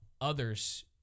others